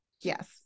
Yes